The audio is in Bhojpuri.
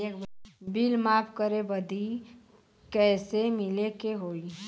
बिल माफ करे बदी कैसे मिले के होई?